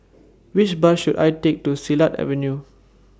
Which Bus should I Take to Silat Avenue